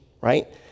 right